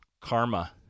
Karma